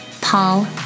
Paul